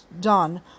done